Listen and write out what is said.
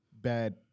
bad